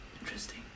Interesting